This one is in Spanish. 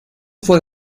fue